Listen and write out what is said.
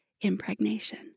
Impregnation